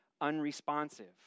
unresponsive